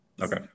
okay